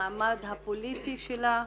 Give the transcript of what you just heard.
למעמד הפוליטי שלה,